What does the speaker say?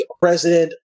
president